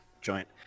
joint